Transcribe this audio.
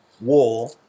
wall